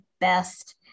best